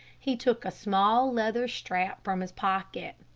he took a small leather strap from his pocket.